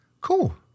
Cool